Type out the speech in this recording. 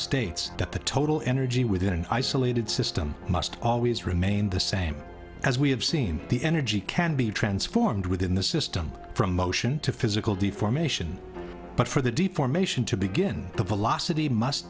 states that the total energy within an isolated system must always remain the same as we have seen the energy can be transformed within the system from motion to physical deformation but for the deformation to begin the velocity must